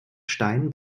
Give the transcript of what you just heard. stein